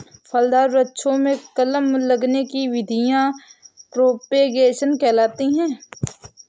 फलदार वृक्षों में कलम करने की विधियां प्रोपेगेशन कहलाती हैं